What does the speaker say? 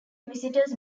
visitors